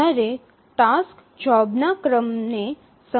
જ્યારે ટાસ્ક એ સમાન પ્રકારની જોબ્સનો ક્રમ છે